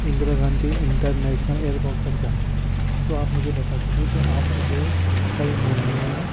Indira Gandhi international airport تک جانا ہے تو آپ مجھے بتا دیجیے کہ آپ مجھے کل مارننگ میں